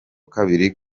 kabiri